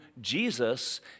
Jesus